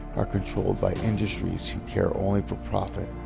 are controlled by industries who care only for profit.